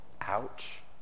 Ouch